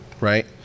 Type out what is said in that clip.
right